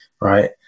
right